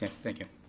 thank you.